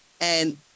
And-